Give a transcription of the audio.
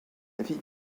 ville